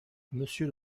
monsieur